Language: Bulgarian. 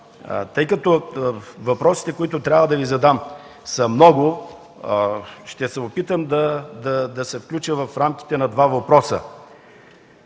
Тъй като въпросите, които трябва да Ви задам, са много, ще се опитам да се включа в рамките на два въпроса.